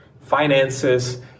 finances